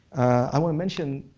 i want to mention